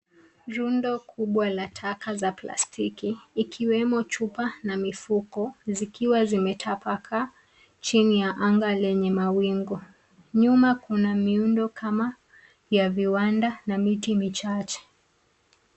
Rundu kubwa la taka za plastiki ikiwemo chupa na mifuko zikiwa zimetapakaa chini ya anga lenye mawingu. Nyuma kuna miundo kama ya viwanda na miti michache.